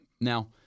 Now